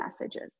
messages